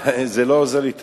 זה לא עוזר לי תמיד.